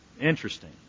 Interesting